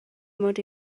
mod